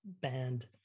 band